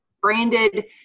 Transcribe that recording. branded